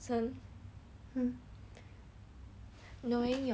knowing your beauty is